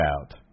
out